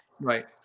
Right